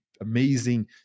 amazing